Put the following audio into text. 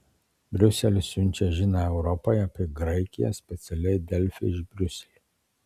briuselis siunčia žinią europai apie graikiją specialiai delfi iš briuselio